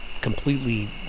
completely